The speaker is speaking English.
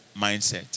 mindset